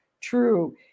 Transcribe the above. true